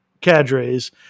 cadres